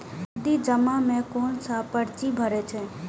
नगदी जमा में कोन सा पर्ची भरे परतें?